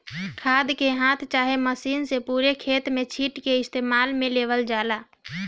खाद के हाथ चाहे मशीन से पूरे खेत में छींट के इस्तेमाल में लेवल जाला